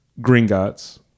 Gringotts